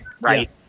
right